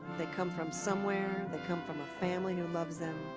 they come from somewhere, they come from a family who loves them.